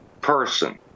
person